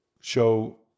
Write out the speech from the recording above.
show